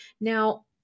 Now